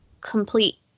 complete